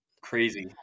crazy